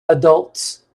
adults